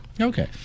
Okay